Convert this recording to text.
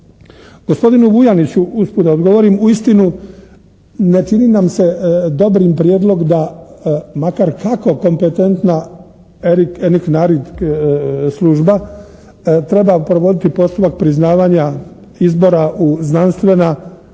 Gospodinu Vuljaniću usput da odgovorim. Uistinu ne čini nam se dobrim prijedlog da makar kako kompetentna eniknarik služba treba provoditi postupak priznavanja izbora u znanstvena